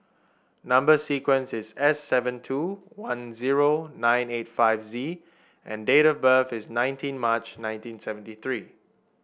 number sequence is S seven two one zero nine eight five Z and date of birth is nineteen March nineteen seventy three